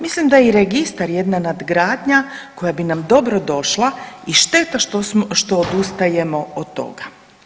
Mislim da je i Registar jedna nadgradnja koja bi nam dobro došla i šteta što odustajemo od toga.